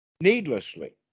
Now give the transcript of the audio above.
Needlessly